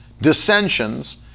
dissensions